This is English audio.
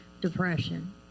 depression